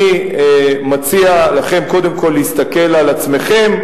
אני מציע לכם קודם כול להסתכל על עצמכם.